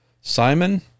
Simon